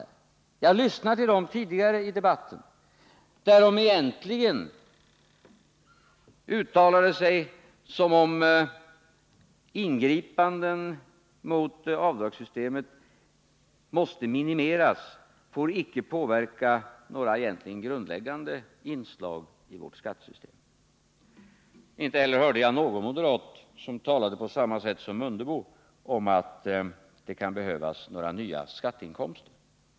När jag lyssnade på deras företrädare tidigare i debatten uttalade de sig som om ingripanden mot avdragssystemet måste minimeras och icke skulle få påverka några grundläggande inslag i vårt skattesystem. Inte heller hörde jag någon moderat tala på samma sätt som Ingemar Mundebo om att det kan behövas nya skatteinkomster.